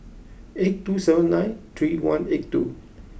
eight two seven nine three one eight two